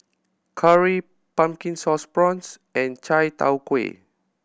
curry Pumpkin Sauce Prawns and chai tow kway